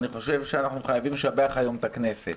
אני חושב שאנחנו חייבים לשבח את הכנסת.